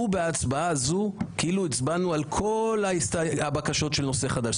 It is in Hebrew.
בהצבעה זו כאילו הצבענו על כל הבקשות של נושא חדש.